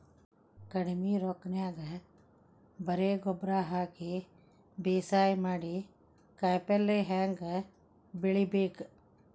ಕಡಿಮಿ ರೊಕ್ಕನ್ಯಾಗ ಬರೇ ಗೊಬ್ಬರ ಹಾಕಿ ಬೇಸಾಯ ಮಾಡಿ, ಕಾಯಿಪಲ್ಯ ಹ್ಯಾಂಗ್ ಬೆಳಿಬೇಕ್?